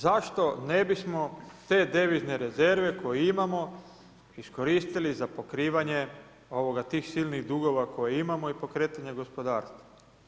Zašto ne bismo te devizne rezerve koje imamo iskoristili za pokrivanje tih silnih dugova koje imamo i pokretanje gospodarstva?